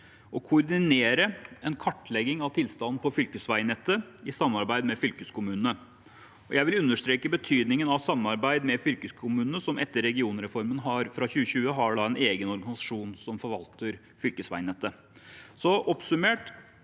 å koordinere en kartlegging av tilstanden på fylkesveinet tet i samarbeid med fylkeskommunene. Jeg vil understreke betydningen av samarbeid med fylkeskommunene, som etter regionreformen fra 2020 har en egen organisasjon som forvalter fylkesveinettet. Oppsummert: